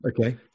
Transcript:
Okay